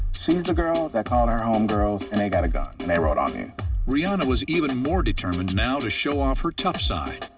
she's the girl that called her homegirls, and they got a gun, and they rode on in. narrator rihanna was even more determined now to show off her tough side.